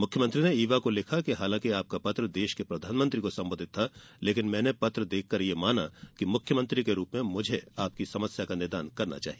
मुख्यमंत्री ने ईवा को लिखा कि हालांकि आपका पत्र देश के प्रधानमंत्री को संबोधित था लेकिन मैंने पत्र देखकर यह माना कि मुख्यमंत्री के रूप में मुझे आपकी समस्या का निदान करना चाहिए